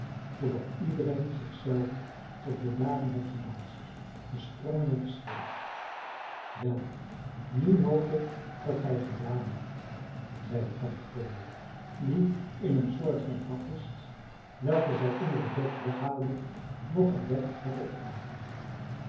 totdat iedereen zich zelven tot bedaren had gedanst gesprongen en geschreeuwd wel nu hoop ik dat gij gedaan hebt zeide tante chloe die in eene soort van pakkist welke zij onder het bed weghaalde nog een bed had opgemaakt